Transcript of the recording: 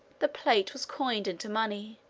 the plate was coined into money,